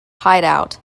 hideout